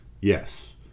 yes